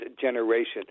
generation